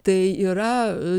tai yra